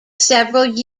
several